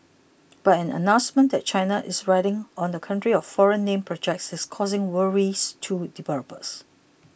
but an announcement that China is ridding on the country of foreign name projects is causing worries to developers